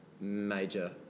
major